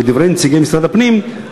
לדברי נציגי משרד הפנים,